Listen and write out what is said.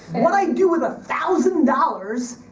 what i'd do with a thousand dollars,